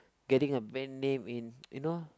getting a brand name in you know